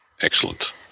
Excellent